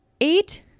eight